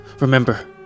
Remember